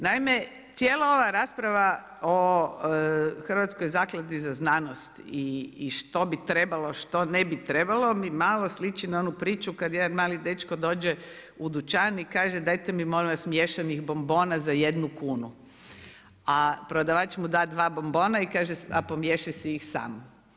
Naime, cijela ova rasprava o Hrvatskoj zakladi za znanost i što bi trebalo i što ne bi trebalo mi malo sliči na onu priču, kada jedan mali dečko dođe u dućan i kaže, dajete mi molim vas miješanih bombona za 1 kunu, a prodavač mu da 2 bombona i kaže a promiješaj si ih sam.